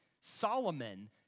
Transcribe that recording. Solomon